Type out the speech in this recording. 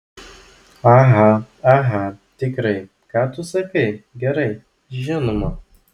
aha aha tikrai ką tu sakai gerai žinoma